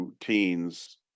teens